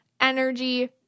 energy